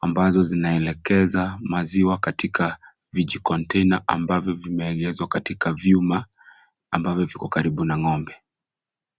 ambazo zinaelekeza maziwa katika viji container ambavyo vimeegezwa katika vyuma, ambavyo viko karibu na ng'ombe.